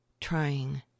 trying